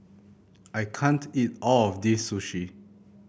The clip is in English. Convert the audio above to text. I can't eat all of this Sushi